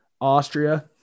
Austria